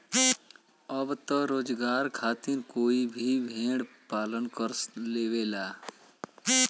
अब त रोजगार खातिर कोई भी भेड़ पालन कर लेवला